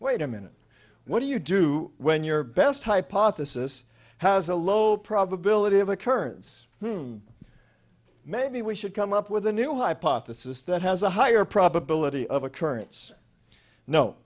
wait a minute what do you do when your best hypothesis has a low probability of occurrence maybe we should come up with a new hypothesis that has a higher probability of occurrence no